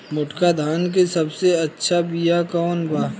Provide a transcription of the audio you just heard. मोटका धान के सबसे अच्छा बिया कवन बा?